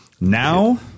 Now